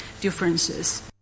differences